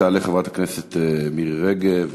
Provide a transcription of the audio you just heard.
תעלה חברת הכנסת מירי רגב,